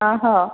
ହେଉ